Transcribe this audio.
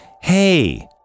Hey